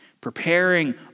Preparing